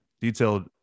detailed